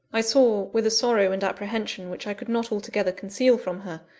i saw, with a sorrow and apprehension which i could not altogether conceal from her,